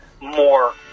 more